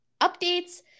updates